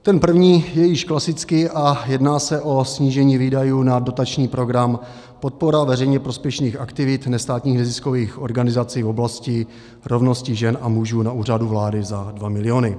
Ten první je již klasický a jedná se o snížení výdajů na dotační program Podpora veřejně prospěšných aktivit nestátních neziskových organizací v oblasti rovnosti žen a mužů na Úřadu vlády za 2 miliony.